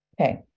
Okay